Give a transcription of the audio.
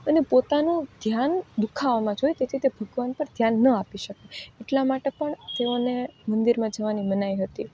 અને પોતાનું ધ્યાન દુખાવામાં જ હોય તેથી તે ભગવાનમાં ધ્યાન ન આપી શકે એટલે માટે પણ તેમને મંદિરમાં જવાની મનાઈ હતી